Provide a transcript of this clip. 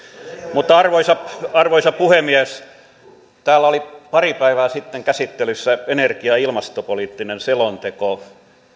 mutta arvoisa arvoisa puhemies täällä oli pari päivää sitten käsittelyssä energia ja ilmastopoliittinen selonteko